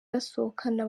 basohokana